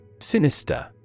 SINISTER